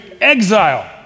exile